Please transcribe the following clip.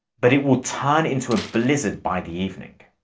but it will turn into a blizzard by the evening.